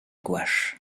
gouache